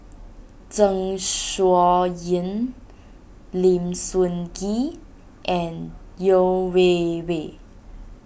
Zeng Shouyin Lim Sun Gee and Yeo Wei Wei